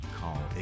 Call